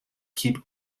keep